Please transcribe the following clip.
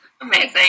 amazing